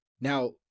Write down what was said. Now